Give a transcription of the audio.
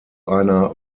einer